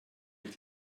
ich